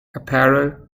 apparel